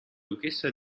duchessa